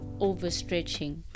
overstretching